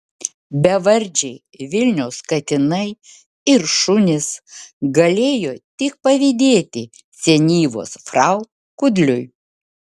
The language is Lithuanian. bevardžiai vilniaus katinai ir šunys galėjo tik pavydėti senyvos frau kudliui